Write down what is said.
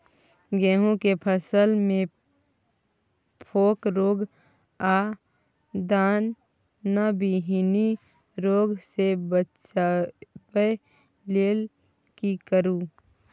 गेहूं के फसल मे फोक रोग आ दाना विहीन रोग सॅ बचबय लेल की करू?